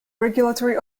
regulatory